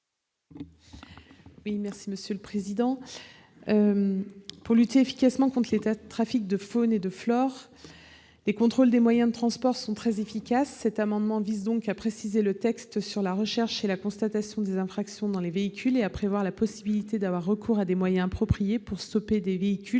à Mme Sylviane Noël. Pour lutter efficacement contre les trafics de faune ou de flore, les contrôles des moyens de transport sont très efficaces. Cet amendement vise donc à préciser le texte en matière de recherche et de constatation des infractions dans les véhicules et à prévoir la possibilité d'avoir recours à des moyens appropriés pour stopper des véhicules